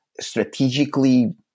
strategically